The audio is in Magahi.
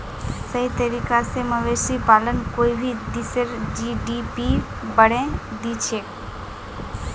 सही तरीका स मवेशी पालन कोई भी देशेर जी.डी.पी बढ़ैं दिछेक